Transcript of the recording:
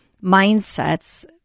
mindsets